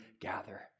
gather